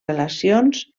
relacions